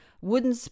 wooden